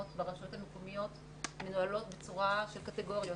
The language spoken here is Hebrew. ברשויות המקומיות מנוהל בצורה של קטגוריות.